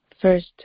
first